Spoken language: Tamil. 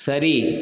சரி